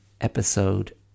episode